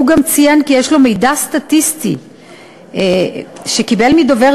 הוא גם ציין כי יש לו מידע סטטיסטי שקיבל מדובר